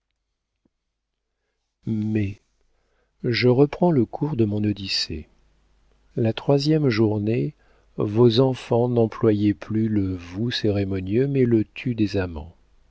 je reprends le cours de mon odyssée la troisième journée vos enfants n'employaient plus le vous cérémonieux mais le tu des amants